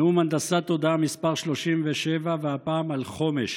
נאום הנדסת תודעה מס' 37, והפעם, על חומש.